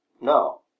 No